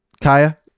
Kaya